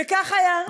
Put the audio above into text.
וכך היה.